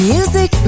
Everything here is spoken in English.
Music